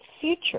future